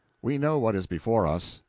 we know what is before us.